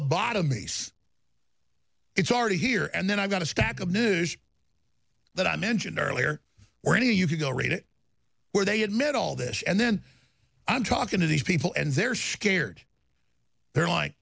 the bottom e s it's already here and then i've got a stack of news that i mentioned earlier already you can go read it where they had met all this and then i'm talking to these people and their shared they're like